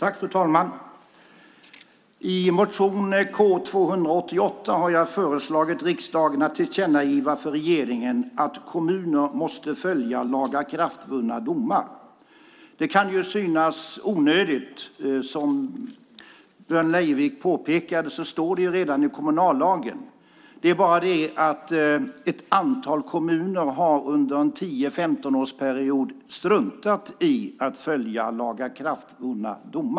Fru talman! I motion K288 har jag föreslagit riksdagen att tillkännagiva för regeringen att kommuner måste följa lagakraftvunna domar. Det kan synas onödigt. Som Björn Leivik påpekade står det redan i kommunallagen. Det är bara det att ett antal kommuner under en 10-15-årsperiod har struntat i att följa lagakraftvunna domar.